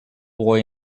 boy